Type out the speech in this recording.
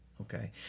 Okay